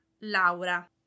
Laura